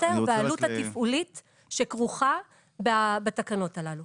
והעלות התפעולית שכרוכה בתקנות הללו.